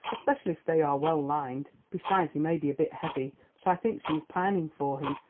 especially if they are well lined. besides, he may be a bit heavy, but i think she is pining for him,